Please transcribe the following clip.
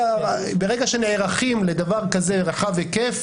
אם הולכים על זה שנותנים אפשרות רחבה יותר לבחור,